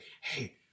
hey